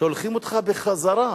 שולחים אותך בחזרה,